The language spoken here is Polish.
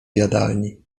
jadalni